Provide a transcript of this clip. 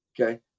Okay